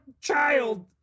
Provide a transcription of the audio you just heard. child